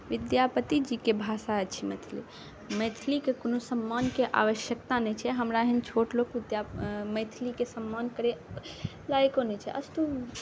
विद्यापतिजीके भाषा छी मैथिली मैथिलीके कोनो सम्मानके आवश्यकता नहि छै हमरा एहन छोट लोक जब मैथिलीके सम्मान करै लाइको नहि छै